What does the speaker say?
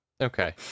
okay